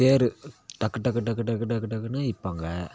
தேர் டக்கு டக்கு டக்கு டக்கு டக்கு டக்குனு இழுப்பாங்கள்